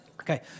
Okay